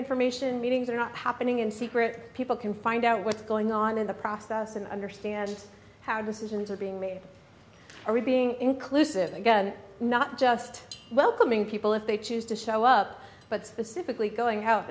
information meetings are not happening in secret people can find out what's going on in the process and understand how decisions are being made are being inclusive again not just welcoming people if they choose to show up but specifically going out